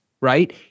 right